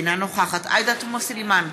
אינה נוכחת עאידה תומא סלימאן,